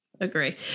Agree